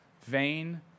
vain